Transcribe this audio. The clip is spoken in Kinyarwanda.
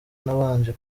nabanje